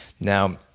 Now